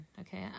Okay